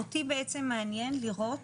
אותי בעצם מעניין לראות